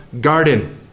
garden